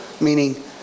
Meaning